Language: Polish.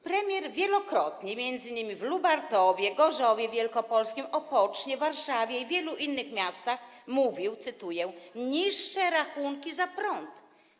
Premier wielokrotnie, m.in. w Lubartowie, Gorzowie Wielkopolskim, Opocznie, Warszawie i wielu innych miastach, mówił, cytuję: niższe rachunki za prąd.